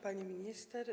Pani Minister!